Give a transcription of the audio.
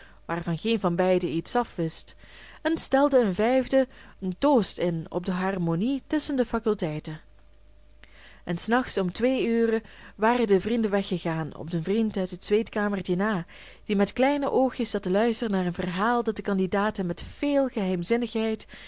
waarvan geen van beiden iets afwist en stelde een vijfde een toost in op de harmonie tusschen de faculteiten en s nachts om twee uren waren de vrienden weggegaan op den vriend uit het zweetkamertje na die met kleine oogjes zat te luisteren naar een verhaal dat de candidaat hem met veel geheimzinnigheid